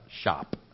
shop